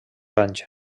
anys